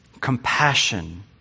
compassion